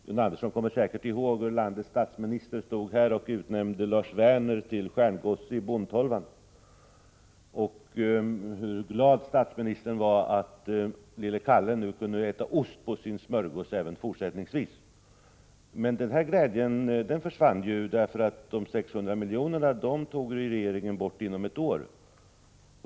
John Andersson kommer säkert ihåg hur landets statsminister stod här och utnämnde Lars Werner till stjärngosse i bondtolvan och hur glad statsministern var över att lille Kalle nu kunde äta ost på sin smörgås även i fortsättningen. Men den glädjen försvann, för regeringen tog ju bort de 600 miljonerna inom ett år.